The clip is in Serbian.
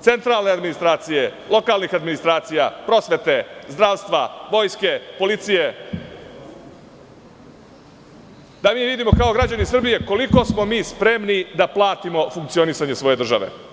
centralne administracije, lokalnih administracija, prosvete, zdravstva, policije, da mi vidimo kao građani Srbije koliko smo spremni da platimo funkcionisanje svoje države.